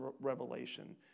revelation